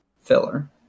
filler